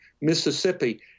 Mississippi